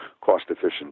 cost-efficient